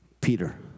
Peter